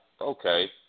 okay